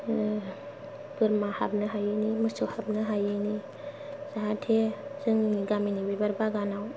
आह बोरमा हाबनो हायिनि मोसौ हाबनो हायिनि जाहाथे जोंनि गामिनि बिबार बागानाव